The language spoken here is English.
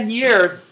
years